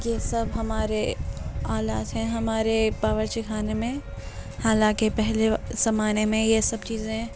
یہ سب ہمارے آلات ہیں ہمارے باورچی خانے میں حالانکہ پہلے زمانے میں یہ سب چیزیں